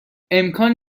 امکان